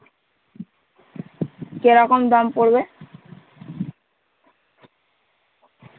কিরকম দাম পড়বে